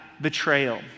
betrayal